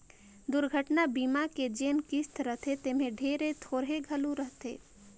दुरघटना बीमा के जेन किस्त रथे तेम्हे ढेरे थोरहें घलो रहथे